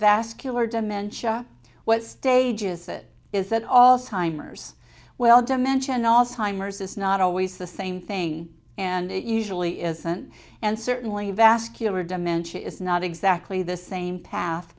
vascular dementia what stage is it is that all timers well dimensioned also timers it's not always the same thing and it usually isn't and certainly vascular dementia is not exactly the same path